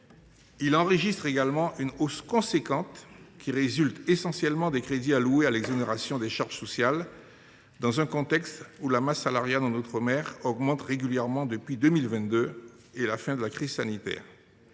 il enregistre également une hausse substantielle. Cette hausse résulte essentiellement de celle des crédits consacrés aux exonérations de charges sociales, dans un contexte où la masse salariale en outre mer augmente régulièrement depuis 2022 et la fin de la crise sanitaire.